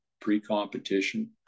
pre-competition